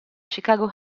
chicago